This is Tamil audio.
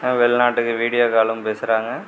வெளிநாட்டுக்கு வீடியோ காலும் பேசுகிறாங்க